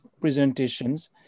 presentations